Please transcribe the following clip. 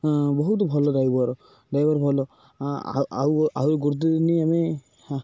ବହୁତ ଭଲ driver driver ଭଲ ଆଉ ଆହୁରି ଗୋଟେ ଦିନି ଆମେ